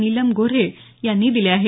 नीलम गोऱ्हे यांनी दिले आहेत